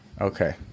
okay